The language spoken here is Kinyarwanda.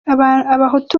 abahutu